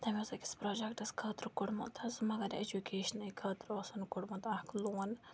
تٔمۍ اوس أکِس پرٛوٚجَکٹَس خٲطرٕ کوٚڑمُت حظ مگر اٮ۪جُکیشنٕے خٲطرٕ اوسُن کوٚڑمُت اَکھ لون